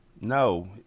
No